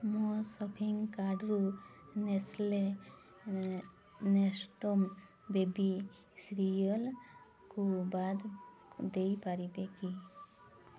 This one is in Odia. ମୋ ସଫିଙ୍ଗ କାର୍ଟ୍ରୁ ନେସ୍ଲେ ନେଷ୍ଟମ୍ ବେବି ସିରୀଅଲ୍କୁ ବାଦ ଦେଇପାରିବେ କି